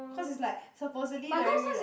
cause it's like supposedly